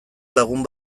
lagun